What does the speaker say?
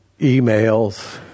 emails